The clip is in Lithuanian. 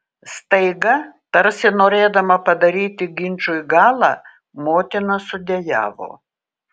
staiga tarsi norėdama padaryti ginčui galą motina sudejavo